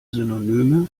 synonyme